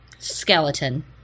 Skeleton